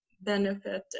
benefit